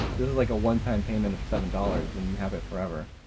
this is like a one-time payment of seven dollars and you have it forever.